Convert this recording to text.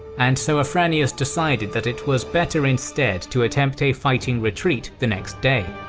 and so afranius decided that it was better instead to attempt a fighting retreat the next day.